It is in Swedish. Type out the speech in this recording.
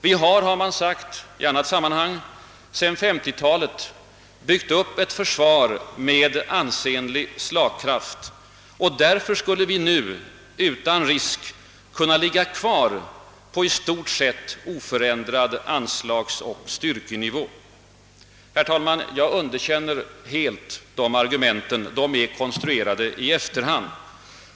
Vi har, har man sagt i annat sammanhang, sedan 1950-talet byggt upp ett försvar med ansenlig slagkraft, och därför skulle vi nu utan risk kunna ligga kvar på i stort sett oförändrad anslagsoch styrkenivå. Herr talman! Jag underkänner helt de argumenten — de är konstruerade i efterhand.